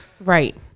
right